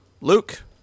Luke